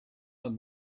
are